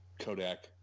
Kodak